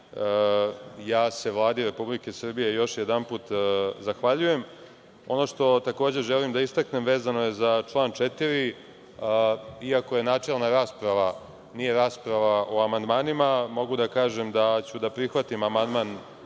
ja se Vladi Republike Srbije još jedanput zahvaljujem. Ono što takođe želim da istaknem vezano je za član 4. I ako načelna rasprava, nije rasprava o amandmanima, mogu da kažem da ću da prihvatim amandman